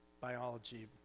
Biology